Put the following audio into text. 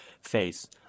face